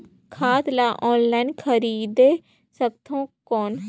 खाद ला ऑनलाइन खरीदे सकथव कौन?